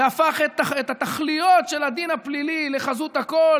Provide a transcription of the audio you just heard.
והפך את התכליות של הדין הפלילי לחזות הכול.